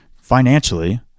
financially